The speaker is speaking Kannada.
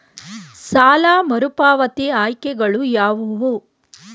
ಸಾಲ ಮರುಪಾವತಿ ಆಯ್ಕೆಗಳು ಯಾವುವು?